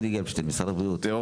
גלבשטיין, משרד הבריאות, בבקשה.